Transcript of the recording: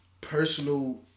personal